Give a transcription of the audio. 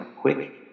quick